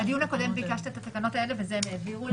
הקודם ביקשת את התקנות האלה ואת זה הם העבירו לנו.